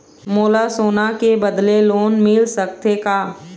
मोला सोना के बदले लोन मिल सकथे का?